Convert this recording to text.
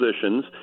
positions